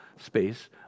space